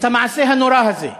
את המעשה הנורא הזה,